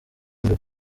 mbere